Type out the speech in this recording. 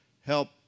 help